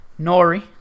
Nori